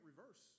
reverse